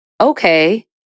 okay